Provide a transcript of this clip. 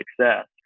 success